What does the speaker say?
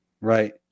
Right